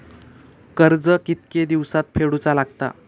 कर्ज कितके दिवसात फेडूचा लागता?